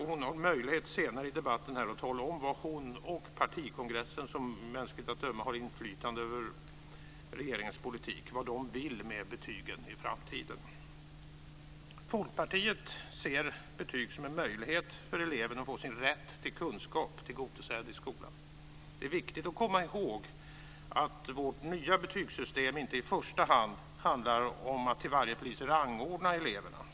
Hon har möjlighet att senare i debatten tala om vad hon och partikongressen, som mänskligt att döma har inflytande över regeringens politik, vill med betygen i framtiden. Folkpartiet ser betyg som en möjlighet för eleven att få sin rätt till kunskap tillgodosedd i skolan. Det är viktigt att komma ihåg att vårt nya betygssystem inte i första hand handlar om att till varje pris rangordna eleverna.